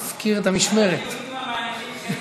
ויפה, אבל גם לנו יש מה להגיד,